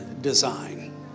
design